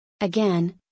again